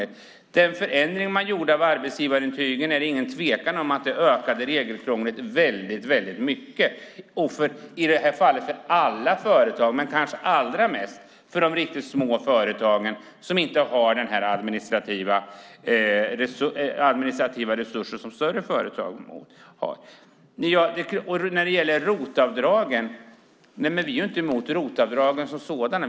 Det är ingen tvekan om att den förändring man gjorde av arbetsgivarintygen ökade regelkrånglet väldigt mycket för alla företag, men kanske allra mest för de riktigt små företagen som inte har de administrativa resurser som större företag har. Vi är inte emot ROT-avdragen.